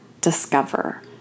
discover